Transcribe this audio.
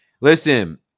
Listen